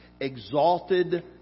exalted